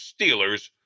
Steelers